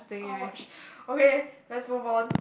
oh okay let's move on